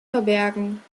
verbergen